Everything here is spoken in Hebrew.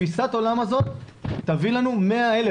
תפיסת העולם הזאת תביא לנו 100,000,